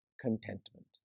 contentment